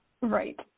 Right